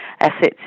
assets